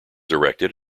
erected